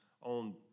on